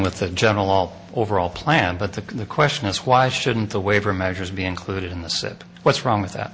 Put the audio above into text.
with the general all over all plan but the question is why shouldn't the waiver measures be included in the sip what's wrong with that